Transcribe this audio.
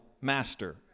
master